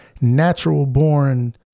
natural-born